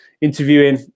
interviewing